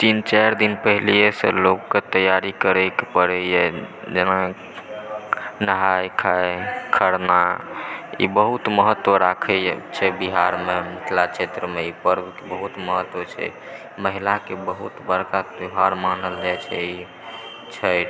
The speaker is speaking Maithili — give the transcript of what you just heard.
तीन चारि दिन पहिनहिएसँ लोककेँ तैआरी करयके पड़ैए जाहिमे नहाय खाए खरना ई बहुत महत्व राखय छै बिहारमे मिथिला क्षेत्रमे ई पर्वके बहुत महत्व छै महिलाके बहुत बड़का त्यौहार मानल जाइत छै ई छठि